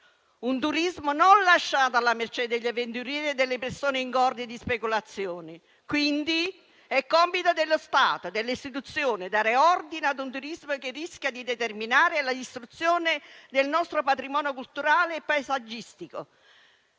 non lasciato alla mercé degli avventurieri e delle persone ingorde di speculazioni. È compito dello Stato e delle Istituzioni dare ordine a un turismo che rischia di determinare la distruzione del nostro patrimonio culturale e paesaggistico,